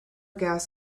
gas